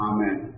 Amen